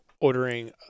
ordering